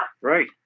Right